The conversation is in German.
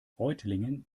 reutlingen